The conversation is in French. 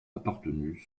appartenu